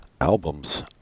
albums